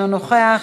אינו נוכח,